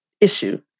issue